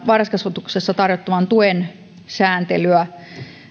varhaiskasvatuksessa tarjottavan tuen sääntelyä